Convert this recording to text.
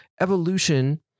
Evolution